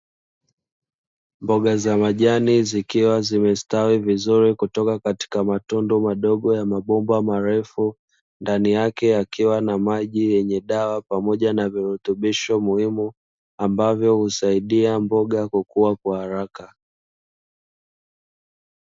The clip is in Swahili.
Mboga za majani zikiwa zimestawi vizuri kutoka katika matundu madogo ya mabomba marefu, ndani yake yakiwa na maji yenye dawa pamoja na virutubisho muhimu ambavyo usaidia mboga kukua kwa haraka.